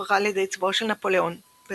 שוחררה על ידי צבאו של נפוליאון ב-1806,